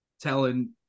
Telling